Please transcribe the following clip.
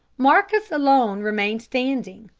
marcus alone remained standing,